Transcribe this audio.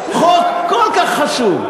חוק כל כך חשוב,